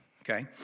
Okay